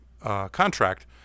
contract